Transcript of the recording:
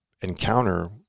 encounter